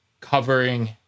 covering